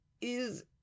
Is